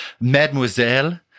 Mademoiselle